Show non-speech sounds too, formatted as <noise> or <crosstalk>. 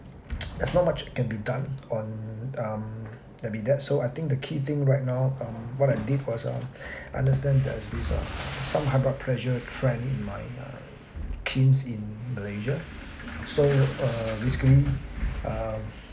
<noise> there's not much can be done on um that be that so I think the key thing right now err what I did was err understand there is this uh some high blood pressure trend in my err kin in malaysia so uh basically err